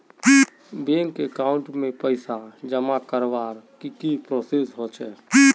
Bank account में पैसा जमा करवार की की प्रोसेस होचे?